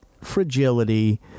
fragility